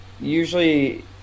usually